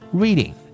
reading